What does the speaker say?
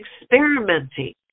experimenting